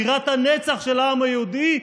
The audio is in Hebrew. בירת הנצח של העם היהודי,